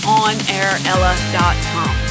onairella.com